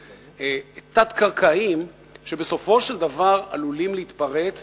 תת-קרקעיים שבסופו של דבר עלולים להתפרץ